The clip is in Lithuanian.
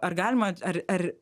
ar galima ar ar